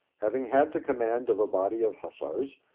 having had the command of a body of hussars,